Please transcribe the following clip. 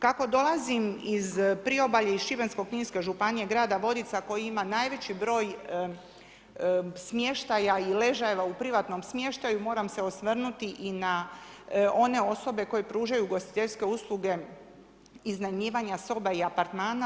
Kako dolazim iz Priobalja, iz Šibensko-kninske županije, grada Vodica koji ima najveći broj smještaja i ležajeva u privatnom smještaju moram se osvrnuti i na one osobe koje pružaju ugostiteljske usluge iznajmljivanja soba i apartmana.